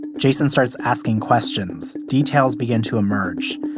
jason starts asking questions. details begin to emerge.